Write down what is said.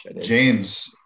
James